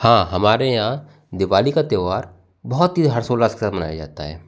हाँ हमारे यहाँ दिवाली का त्यौहार बहुत ही हर्षोल्लास के साथ मनाया जाता है